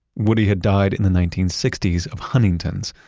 woody had died in the nineteen sixty s of huntington's,